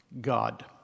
God